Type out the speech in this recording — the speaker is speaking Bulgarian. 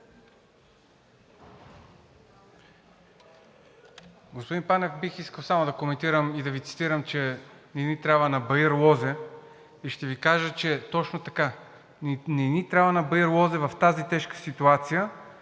Господин Панев, бих искал само да коментирам и да Ви цитирам, че „не ни трябва на баир лозе“, и ще Ви кажа, че е точно така. Не ни трябва на баир лозе в тази тежка ситуация,